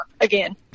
again